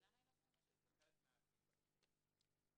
פעוטות במעונות יום.